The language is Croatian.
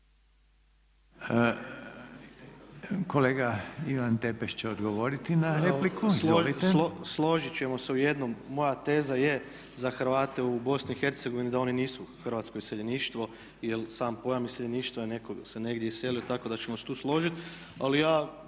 **Tepeš, Ivan (HSP AS)** Složit ćemo se u jednom, moja teza je za Hrvate u BiH da oni nisu hrvatsko iseljeništvo. Jer sam pojam iseljeništva je da se netko negdje iselio. Tako da ćemo se tu složiti.